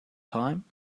time